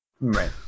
Right